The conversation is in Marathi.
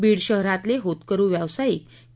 बीड शहरातले होतकरू व्यावसायिक के